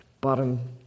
bottom